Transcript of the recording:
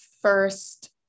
first